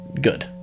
good